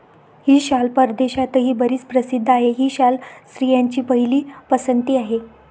ही शाल परदेशातही बरीच प्रसिद्ध आहे, ही शाल स्त्रियांची पहिली पसंती आहे